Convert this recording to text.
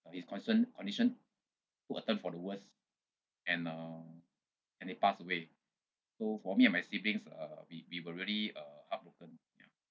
his contion~ condition took a turn for the worse and uh and he passed away so for me and my siblings are we we we were really uh heartbroken ya